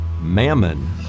Mammon